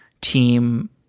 team